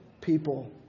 people